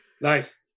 nice